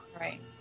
Right